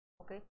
Okay